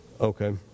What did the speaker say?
Okay